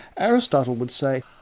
aristotle would say,